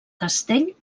castell